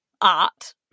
art